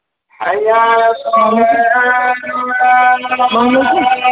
اسلام وعلیکُم اسلام وعلیکُم